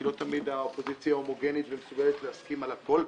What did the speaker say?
כי לא תמיד האופוזיציה הומוגנית ומסוגלת להסכים על הכול,